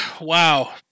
wow